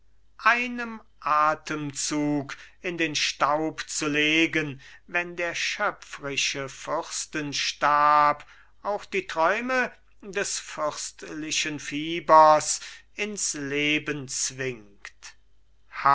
einem atemzug in den staub zu legen wenn der schöpfrische fürstenstab auch die träume des fürstlichen fiebers ins leben schwingt